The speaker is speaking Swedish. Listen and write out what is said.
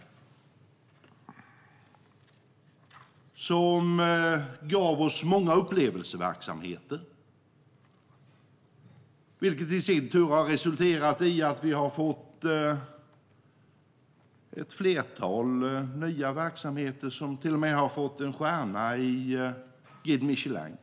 Satsningen gav oss många upplevelseverksamheter, vilket i sin tur har resulterat i att vi har fått ett flertal nya verksamheter som till och med har fått en stjärna i Guide Michelin .